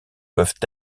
peuvent